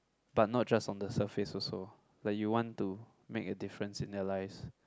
but not just on the surface also like you want to make a difference in their lives